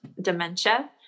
dementia